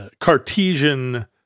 Cartesian